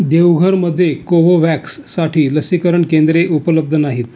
देवघरमध्ये कोवोवॅक्ससाठी लसीकरण केंद्रे उपलब्ध नाहीत